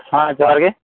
ᱦᱮᱸ ᱡᱚᱦᱟᱨᱜᱮ